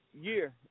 year